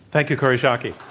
thank you, kori schake. yeah